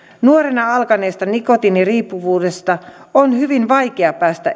nuorena alkaneesta nikotiiniriippuvuudesta on hyvin vaikea päästä